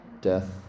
Death